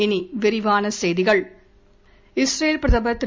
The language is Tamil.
இனி விரிவான செய்திகள் இஸ்ரேல் பிரதமர் திரு